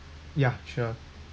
ya sure